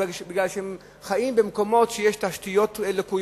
אלא מכיוון שהן חיות במקומות שיש בהם תשתיות לקויות,